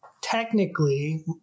technically